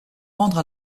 rendre